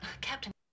Captain